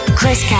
Chris